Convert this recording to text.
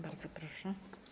Bardzo proszę.